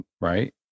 right